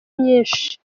nyinshi